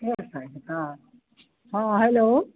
हाँ हेल्लो